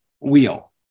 wheel